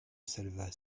salvat